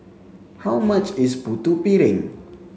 how much is Putu Piring